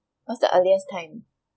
what's the earliest time